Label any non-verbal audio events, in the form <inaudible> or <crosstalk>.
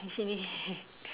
actually <laughs>